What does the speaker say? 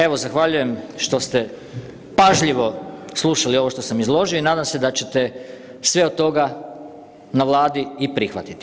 Evo zahvaljujem što ste pažljivo slušali ovo što sam izložio i nadam se da ćete sve od toga na Vladi i prihvatiti.